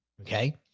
Okay